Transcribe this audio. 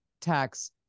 tax